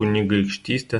kunigaikštystės